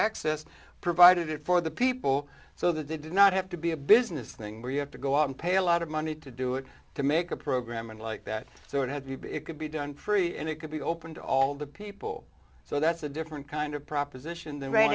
access provided for the people so that they did not have to be a business thing where you have to go out and pay a lot of money to do it to make a program and like that so it had to be it could be done free and it could be open to all the people so that's a different kind of proposition than r